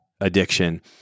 Addiction